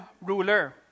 ruler